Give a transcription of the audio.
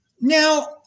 Now